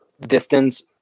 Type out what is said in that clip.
distance